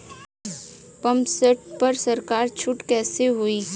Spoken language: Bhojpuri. पंप सेट पर सरकार छूट कईसे होई?